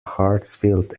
hartsfield